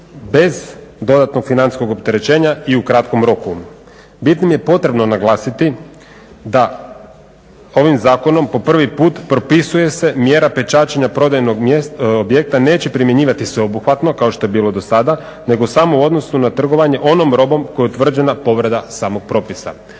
bez dodatnog financijskog opterećenja i u kratkom roku. Bitnim je potrebno naglasiti da ovim zakonom po prvi puta propisuje da se mjera pečaćenja prodajnog objekta neće primjenjivati sveobuhvatno kao što je bilo do sada nego samo u odnosu na trgovanje onom robom kojom je utvrđena povreda samog propisa,